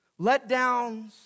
Letdowns